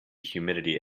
humidity